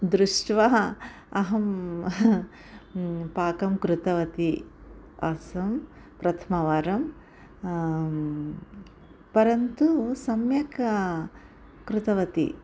दृष्ट्वा अहं पाकं कृतवती आसं प्रथमवारं परन्तु सम्यक् कृतवती